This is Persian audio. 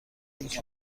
اینکه